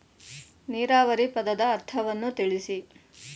ನೀರಾವರಿ ಪದದ ಅರ್ಥವನ್ನು ತಿಳಿಸಿ?